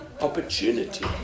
Opportunity